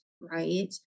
right